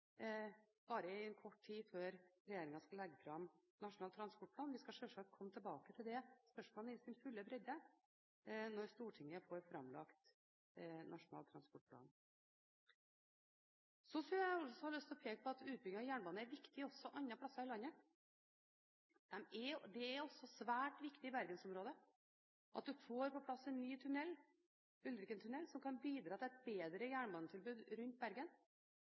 bare kort tid før regjeringen skal legge fram Nasjonal transportplan. Vi skal sjølsagt komme tilbake til det spørsmålet i sin fulle bredde når Stortinget får seg framlagt Nasjonal transportplan. Så har jeg lyst til å peke på at utbygging av jernbanen er viktig også andre steder i landet. Det er svært viktig at man i Bergens-området får på plass en ny tunnel, Ulriken tunnel, som kan bidra til et bedre jernbanetilbud rundt Bergen.